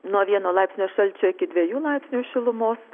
nuo vieno laipsnio šalčio iki dviejų laipsnių šilumos